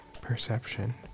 perception